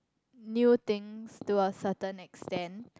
new things to a certain extend